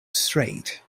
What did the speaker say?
straight